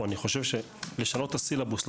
לשנות את הסילבוס,